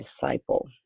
disciple